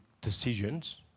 decisions